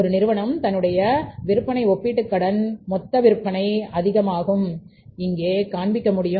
ஒரு நிறுவன தன்னுடைய விற்பனை ஒப்பிடும் போது கடன் விற்பனை மற்றும் மொத்த விற்பனை அதிகமாகும் இங்கே காண்பிக்க முடியும்